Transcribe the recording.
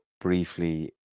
briefly